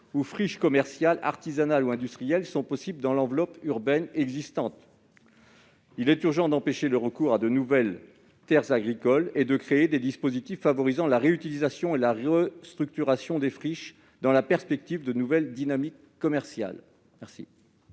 de friches commerciales, artisanales ou industrielles est possible dans l'enveloppe urbaine existante. Il est en effet urgent, d'une part, d'empêcher le recours à de nouvelles terres agricoles et, d'autre part, de créer des dispositifs favorisant la réutilisation et la restructuration des friches dans la perspective de nouvelles dynamiques commerciales.